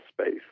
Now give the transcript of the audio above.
space